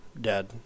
dead